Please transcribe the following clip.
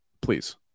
please